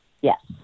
Yes